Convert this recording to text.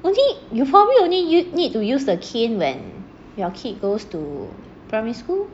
only you probably only need to use the cane when your kid goes to primary school